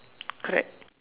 correct